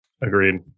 Agreed